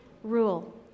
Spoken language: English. Rule